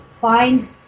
find